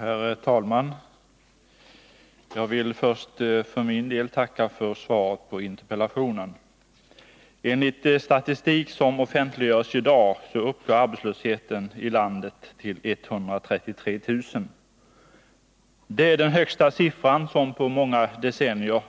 Herr talman! Jag vill först för min del tacka för svaret på interpellationen. Enligt statistik som offentliggörs i dag uppgår arbetslösheten i landet till 133 000. Det är den högsta siffra som på många decennier har